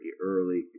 early